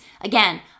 Again